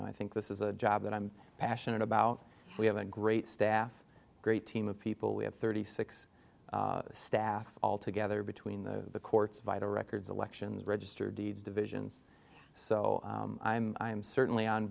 know i think this is a job that i'm passionate about we have a great staff a great team of people we have thirty six staff altogether between the courts vital records elections registered deeds divisions so i'm i'm certainly on